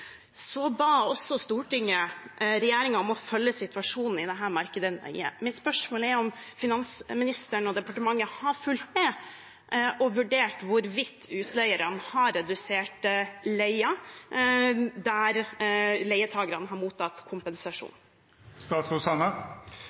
Så ba også Stortinget regjeringen om å følge situasjonen i dette markedet nøye. Mitt spørsmål er om finansministeren og departementet har fulgt med og vurdert hvorvidt utleierne har redusert leia der leietakerne har mottatt